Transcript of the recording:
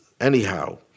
anyhow